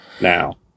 now